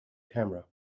camera